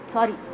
Sorry